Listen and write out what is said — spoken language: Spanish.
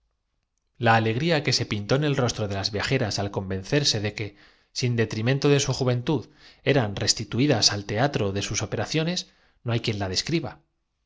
la alegría que se pintó en el rostro de las viajeras qué significa esto preguntó la más osada al convencerse de que sin detrimento de su juventud tratáis de volvernos á envejecer eran restituidas al teatro de sus operaciones no hay quien la describa